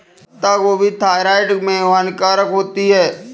पत्ता गोभी थायराइड में हानिकारक होती है